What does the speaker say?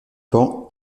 pans